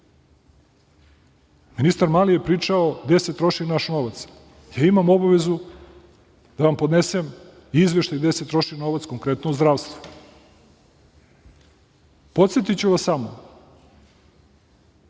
uradite. Ministar Mali je pričao gde se troši naš novac. Ja imam obavezu da vam podnesem izveštaj gde se troši novac, konkretno u zdravstvu. Podsetiću vas samo,